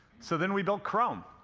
so then we built chrome,